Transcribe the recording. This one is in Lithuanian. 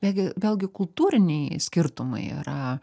vėlgi vėlgi kultūriniai skirtumai yra